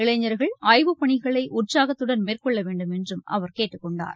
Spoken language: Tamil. இளைஞா்கள் ஆய்வுப் பணிகளை உற்சாகத்துடன் மேற்கொள்ள வேண்டுமென்றும் அவர் கேட்டுக் கொண்டார்